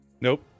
Nope